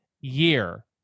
year